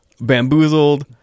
Bamboozled